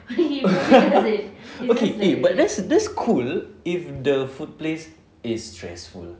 okay eh but that's that's cool if the food place is stressful